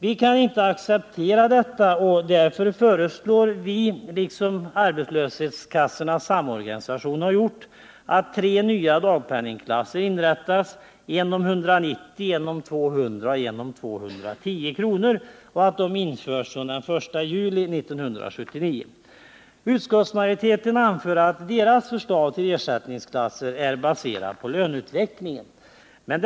Vi kan inte acceptera detta och föreslår därför, liksom arbetslöshetskassornas samorganisation, att tre nya dagpenningklasser inrättas fr.o.m. den 1 juli 1979, nämligen 190 kr., 200 kr. och 210 kr. Utskottsmajoriteten framhåller att dess förslag om ersättningsklasser är baserat på löneutvecklingen.